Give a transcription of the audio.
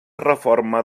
reforma